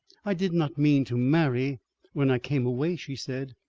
i did not mean to marry when i came away, she said.